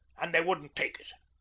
and they wouldn't take it.